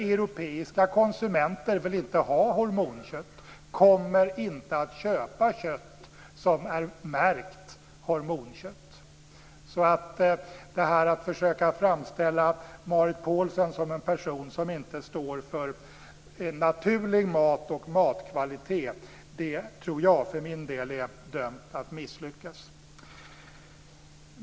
Europeiska konsumenter vill inte ha hormonkött och kommer inte att köpa kött som är märkt hormonkött. Så att försöka framställa Marit Paulsen som en person som inte står för naturlig mat och matkvalitet tror jag för min del är dömt att misslyckas.